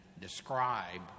describe